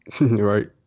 right